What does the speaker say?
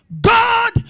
God